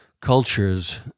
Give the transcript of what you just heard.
Cultures